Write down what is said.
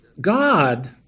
God